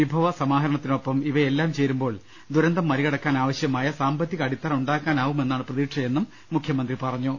വിഭവസമാഹരണത്തിനൊപ്പം ഇവയെല്ലാം ചേരു മ്പോൾ ദുരന്തം മറികടക്കാൻ ആവശ്യമായ സാമ്പത്തിക അടിത്തറ ഉണ്ടാക്കാനാ വുമെന്നാണ് പ്രതീക്ഷയെന്നും മുഖ്യമന്ത്രി പറഞ്ഞു